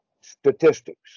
statistics